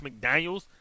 McDaniels